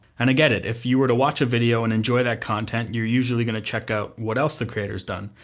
and i get it, if you were to watch a video and enjoy that content, you're usually gonna check out what else the creator's done,